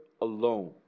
alone